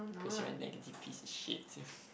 cause you are a negative piece of shit